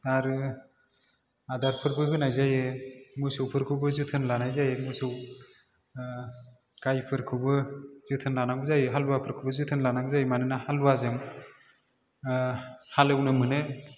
आरो आदारफोरबो होनाय जायो मोसौफोरखौबो जोथान लानाय जायो मोसौ गाइफोरखौबो जोथोन लानांगौ जायो हालुवाफोरखौबो जोथोन लानांगौ जायो मानोना हालुवाजों हालेवनो मोनो